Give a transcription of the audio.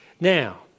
Now